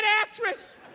actress